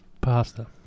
Pasta